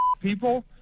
people